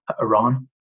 Iran